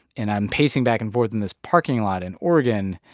and i'm pacing back and forth in this parking lot in oregon,